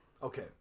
Okay